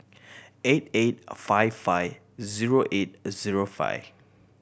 eight eight five five zero eight zero five